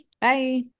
Bye